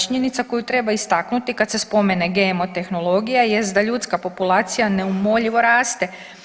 Činjenica koju treba istaknuti kada se spomene GMO tehnologija jest da ljudska populacija neumoljivo raste.